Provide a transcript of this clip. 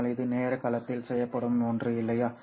ஆனால் இது நேர களத்தில் செய்யப்படும் ஒன்று இல்லையா